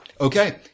Okay